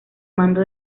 mando